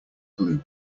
glue